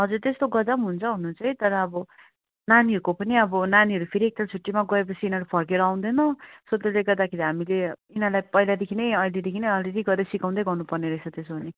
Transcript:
हजुर त्यस्तो गर्दा पनि हुन्छ हुनु चाहिँ तर अब नानीहरूको पनि अब नानीहरू फेरि एकताल छुट्टीमा गयोपछि यिनीहरू फर्केर आउँदैन सो त्यसले गर्दाखेरि हामीले यिनीहरूलाई पहिलादेखि नै अहिलेदेखि नै अलिअलि गर्दै सिकाउँदै गर्नुपर्ने रहेछ त्यसो भने